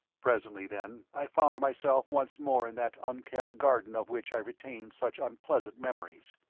presently, then, i found myself once more in that unkempt garden of which i retained such unpleasant memories.